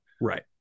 Right